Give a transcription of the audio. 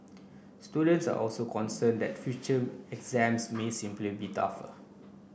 students are also concerned that future exams may simply be tougher